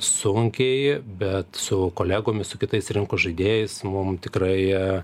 sunkiai bet su kolegomis su kitais rinkos žaidėjais mum tikrai